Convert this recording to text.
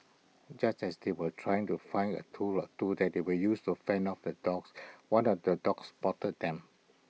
just as they were trying to find A tool or two that they would use to fend off the dogs one of the dogs spotted them